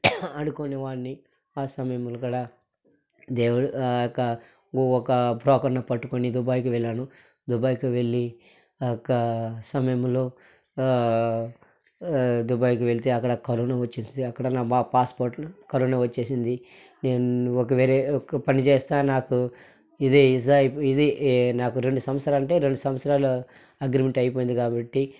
అనుకోనేవాన్ని ఆ సమయంలో కూడా దేవుడు ఒక బ్రోకర్ని పట్టుకొని దుబాయ్కి వెళ్ళాను దుబాయ్కి వెళ్ళి ఆ యొక్క సమయంలో దుబాయ్కి వెళ్తే అక్కడ కరోనా వచ్చేసింది అక్కడ మా పాస్పోర్ట్లు కరోనా వచ్చేసింది నేను ఒక వేరే ఒక పని చేస్తా నాకు ఇది ఇది నాకు రెండు సంవత్సరాలు అంటే రెండు సంవత్సరాలు అగ్రిమెంట్ అయిపోయింది కాబట్టి